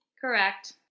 Correct